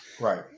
Right